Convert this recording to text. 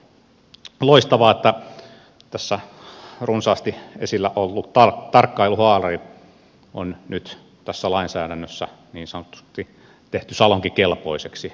loistavaa että tässä runsaasti esillä ollut tarkkailuhaalari on nyt tässä lainsäädännössä niin sanotusti tehty salonkikelpoiseksi